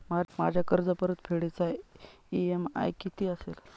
माझ्या कर्जपरतफेडीचा इ.एम.आय किती असेल?